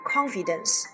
Confidence